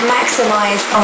Maximize